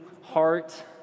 heart